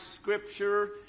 Scripture